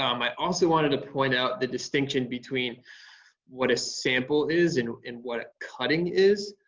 um i also wanted to point out the distinction between what a sample is and and what cutting is.